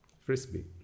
frisbee